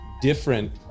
different